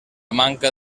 manca